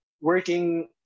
working